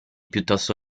piuttosto